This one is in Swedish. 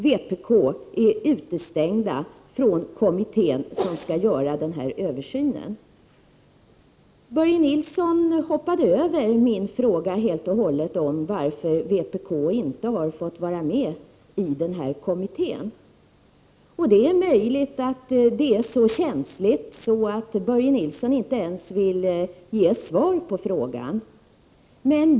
Vpk är utestängt från den kommitté som skall göra denna översyn. Börje Nilsson hoppade helt och hållet över min fråga om varför vpk inte har fått vara med i denna kommitté. Det är möjligt att det är så känsligt att Börje Nilsson inte ens vill ge svar på frågan.